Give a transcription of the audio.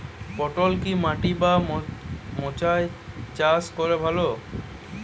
পটল কি মাটি বা মাচায় চাষ করা ভালো?